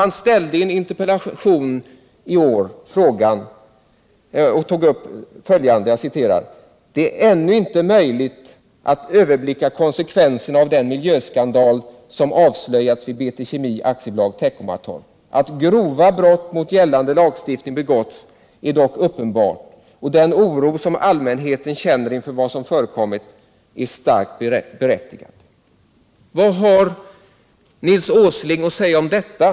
Hur kunde han säga följande i en interpellation: ”Det är ännu inte möjligt att överblicka konsekvenserna av den miljöskandal som avslöjats vid BT Kemi AB, Teckomatorp. Att grova brott mot gällande lagstiftning har begåtts 63 är dock uppenbart, och den oro som allmänheten känner inför vad som förekommit är starkt berättigad.” Vad har Nils Åsling att säga om detta?